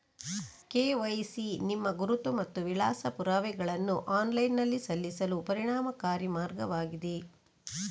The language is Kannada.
ಕೆ.ವೈ.ಸಿ ನಿಮ್ಮ ಗುರುತು ಮತ್ತು ವಿಳಾಸ ಪುರಾವೆಗಳನ್ನು ಆನ್ಲೈನಿನಲ್ಲಿ ಸಲ್ಲಿಸಲು ಪರಿಣಾಮಕಾರಿ ಮಾರ್ಗವಾಗಿದೆ